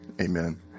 amen